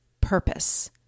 purpose